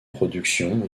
productions